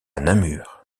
namur